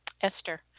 Esther